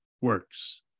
works